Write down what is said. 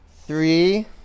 Three